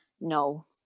No